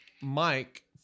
Mike